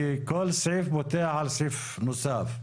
כי כל סעיף פותח על סעיף נוסף,